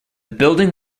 building